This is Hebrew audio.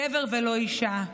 גבר ולא אישה.